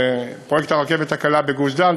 בפרויקט הרכבת הקלה בגוש-דן,